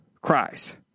cries